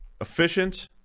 efficient